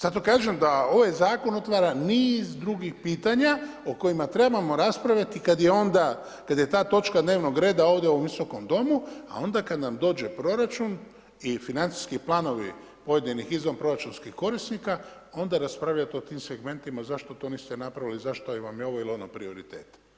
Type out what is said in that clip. Zato kažem da ovaj zakon otvara niz drugih pitanja o kojima trebamo raspravljati kada je onda, kada je ta točka dnevnog reda ovdje u ovom Visokom domu a onda kada nam dođe proračun i financijski planovi pojedinih izvanproračunskih korisnika onda raspravljati o tim segmentima zašto to niste napravili, zašto vam je ovo ili ono prioritet.